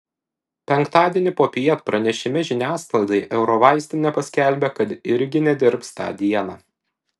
penktadienį popiet pranešime žiniasklaidai eurovaistinė paskelbė kad irgi nedirbs tą dieną